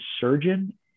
surgeon